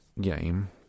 game